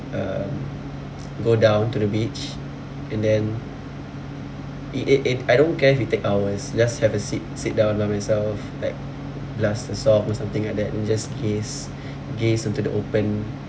um go down to the beach and then it it it I don't care if it take hours just have a sit sit down by myself like blast a song or something like that then just gaze gaze into the open